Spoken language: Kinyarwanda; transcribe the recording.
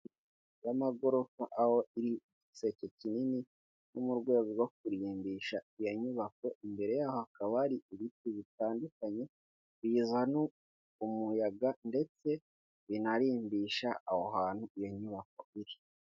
Inzu y'amagorofa aho iriho igiseke kinini, no mu rwego rwo kuririmbisha iyo nyubako imbere yaho hakaba hari ibiti bitandukanye bizana umuyaga, ndetse binarimbisha aho hantu iyo nyubako iri.